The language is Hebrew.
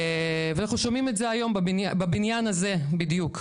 ואנחנו שומעים את זה היום בבניין הזה בדיוק,